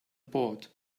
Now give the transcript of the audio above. pot